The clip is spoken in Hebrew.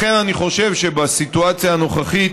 לכן, אני חושב שבסיטואציה הנוכחית